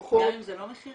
גם אם זה לא מכירה?